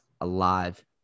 alive